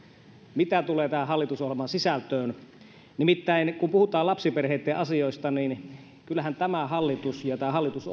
mitä tulee tähän hallitusohjelman sisältöön nimittäin kun puhutaan lapsiperheitten asioista niin kyllähän tämä hallitus